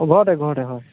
ঘৰতে ঘৰতে হয়